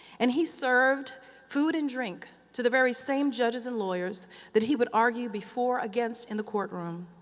and he served food and drink to the very same judges and lawyers that he would argue before against in the courtroom.